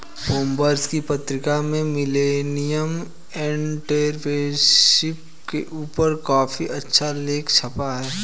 Forbes की पत्रिका में मिलेनियल एंटेरप्रेन्योरशिप के ऊपर काफी अच्छा लेख छपा है